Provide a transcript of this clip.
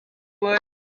would